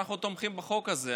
אנחנו תומכים בחוק הזה.